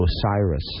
Osiris